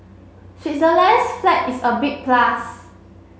Switzerland's flag is a big plus